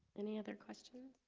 any other questions